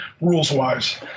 rules-wise